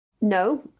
No